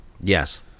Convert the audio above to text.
Yes